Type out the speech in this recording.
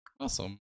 Awesome